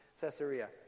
Caesarea